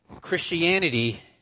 Christianity